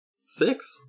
Six